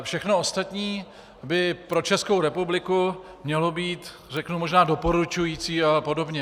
Všechno ostatní by pro Českou republiku mělo být možná doporučující a podobně.